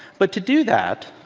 but to do that,